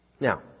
Now